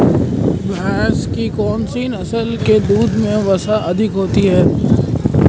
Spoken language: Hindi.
भैंस की कौनसी नस्ल के दूध में वसा अधिक होती है?